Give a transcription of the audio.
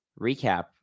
recap